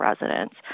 residents